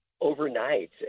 overnight